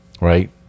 right